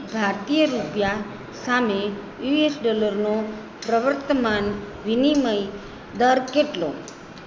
ભારતીય રૂપિયા સામે યુએસ ડોલરનો પ્રવર્તમાન વિનિમય દર કેટલો